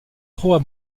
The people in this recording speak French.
trop